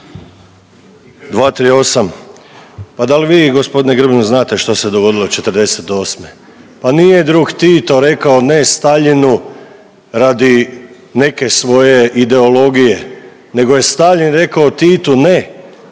238. Pa da li vi, gospodine Grbin znate što se dogodilo '48. Pa nije drug Tito rekao ne Staljinu radi neke svoje ideologije nego je Staljin rekao Titu ne i